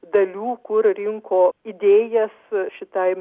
dalių kur rinko idėjas šitai